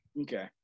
Okay